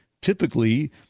Typically